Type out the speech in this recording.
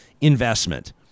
investment